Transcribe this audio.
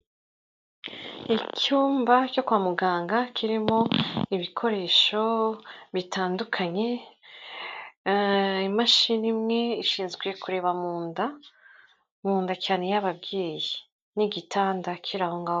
Icyumba cyo kwa muganga kirimo ibikoresho bitandukanye, imashini imwe ishinzwe kureba mu nda, mu nda cyane y'ababyeyi n'igitanda kiri aho ngaho.